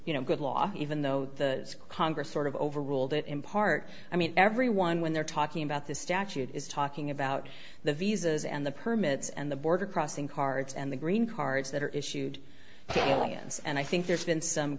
you know good law even though the congress sort of overruled it in part i mean everyone when they're talking about this statute is talking about the visas and the permits and the border crossing cards and the green cards that are issued to the lions and i think there's been some